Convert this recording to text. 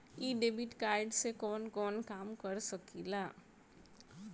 इ debit card से कवन कवन काम कर सकिला?